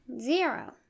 Zero